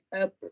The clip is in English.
up